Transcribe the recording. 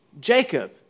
Jacob